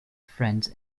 friend